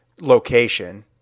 location